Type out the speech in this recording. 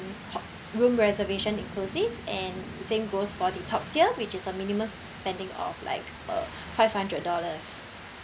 ho~ room reservation inclusive and the same goes for the top tier which is a minimum spending of like uh five hundred dollars